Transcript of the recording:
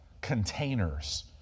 containers